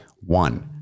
One